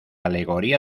alegoría